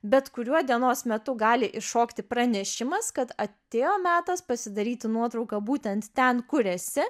bet kuriuo dienos metu gali iššokti pranešimas kad atėjo metas pasidaryti nuotrauką būtent ten kur esi